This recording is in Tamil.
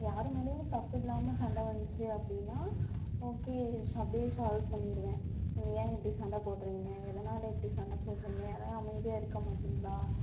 யார் மேலேயும் தப்பில்லாமல் சண்டை வந்துச்சு அப்படினா ஓகே ஸ் அப்படியே சால்வ் பண்ணிடுவேன் இது ஏன் இப்படி சண்டை போடுகிறிங்க எதனால் இப்படி சண்டை போடுகிறிங்க ஏன் அமைதியாக இருக்க மாட்டிங்களா